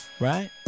right